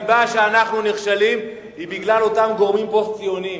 הסיבה שאנחנו נכשלים היא אותם גורמים פוסט-ציוניים,